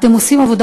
אתם עושים עבודה